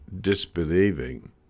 disbelieving